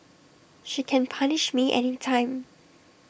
she can punish me anytime